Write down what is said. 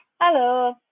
Hello